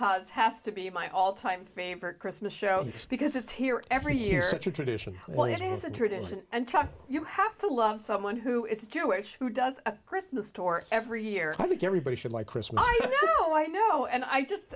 collins has to be my all time favorite christmas show because it's here every year tradition well it is a tradition and talk you have to love someone who is jewish who does christmas store every year i think everybody should like christmas oh i know and i